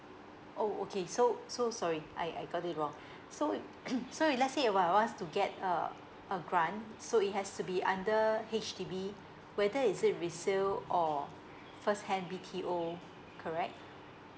oh okay so so sorry I I got it wrong so if so if let's say if I wants to get a a grant so it has to be under H_D_B whether is it resale or first hand B_T_O correct